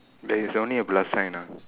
there is only a plus sign ah